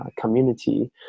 community